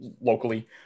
locally